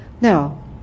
Now